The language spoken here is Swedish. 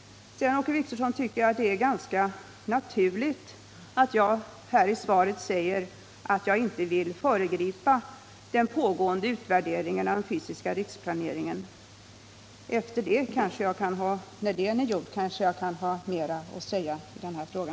Åke Wictorsson tycker att det är ganska naturligt att jag inte vill föregripa den pågående utvärderingen av den fysiska riksplaneringen. När denna är gjord kanske jag kan ha mer att säga i denna fråga.